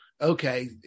okay